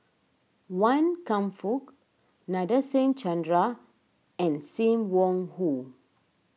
Wan Kam Fook Nadasen Chandra and Sim Wong Hoo